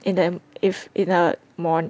in the if in the morn~